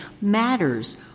matters